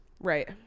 Right